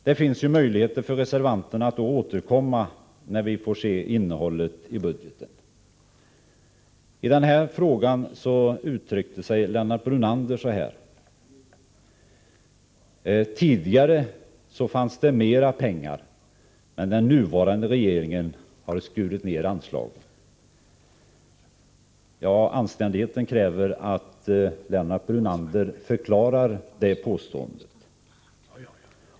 Det finns ju möjligheter för reservanterna att då återkomma när vi får se innehållet i budgetförslaget. I denna fråga sade Lennart Brunander att det tidigare fanns mera pengar och att den nuvarande regeringen skurit ned anslaget. Anständigheten kräver att Lennart Brunander förklarar det påståendet.